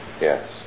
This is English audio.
Yes